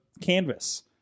canvas